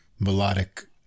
Melodic